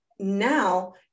now